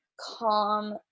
calm